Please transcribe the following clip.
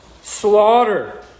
slaughter